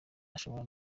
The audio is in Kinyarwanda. ashobora